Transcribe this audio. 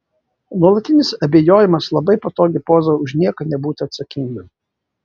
nuolatinis abejojimas labai patogi poza už nieką nebūti atsakingam